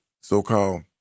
so-called